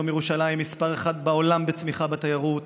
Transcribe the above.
היום ירושלים מספר אחת בעולם בצמיחה בתיירות,